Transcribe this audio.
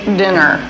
dinner